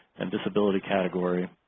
and disability category